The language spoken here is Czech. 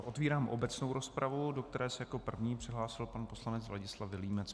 Otevírám obecnou rozpravu, do které se jako první přihlásil pan poslanec Vladislav Vilímec.